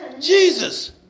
Jesus